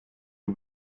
you